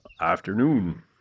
Afternoon